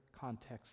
context